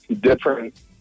different